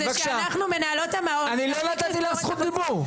זה שאנחנו מנהלות את המעון --- אני לא נתתי לך זכות דיבור,